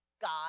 God